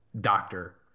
doctor